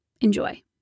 Enjoy